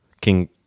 King